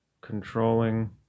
Controlling